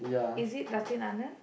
is it Anand